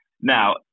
Now